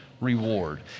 Reward